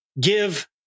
give